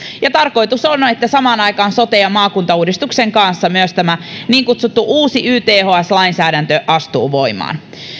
tarkoitus on että samaan aikaan sote ja maakuntauudistuksen kanssa myös tämä niin kutsuttu uusi yths lainsäädäntö astuu voimaan